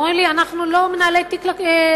אומרים לי: אנחנו לא מנהלי תיקי לקוחות,